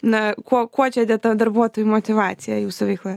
na kuo kuo čia dėta darbuotojų motyvacija jūsų veikloje